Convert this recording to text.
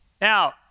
Now